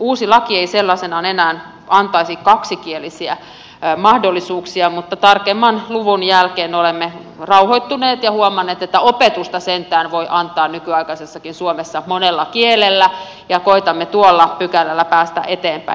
uusi laki ei sellaisenaan enää antaisi kaksikielisiä mahdollisuuksia mutta tarkemman luvun jälkeen olemme rauhoittuneet ja huomanneet että opetusta sentään voi antaa nykyaikaisessakin suomessa monella kielellä ja koetamme tuolla pykälällä päästä eteenpäin